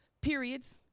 periods